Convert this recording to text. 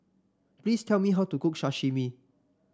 please tell me how to cook Sashimi